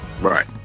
right